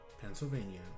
Pennsylvania